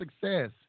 success